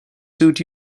suit